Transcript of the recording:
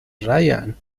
raya